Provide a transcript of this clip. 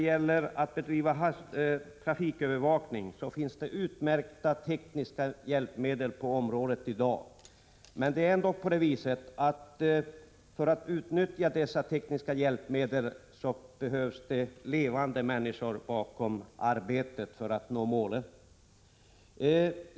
För trafikövervakning finns det numera utmärkta tekniska hjälpmedel, men för att man skall nå målet behövs det ändå levande människor som utnyttjar dessa hjälpmedel.